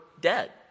dead